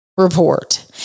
report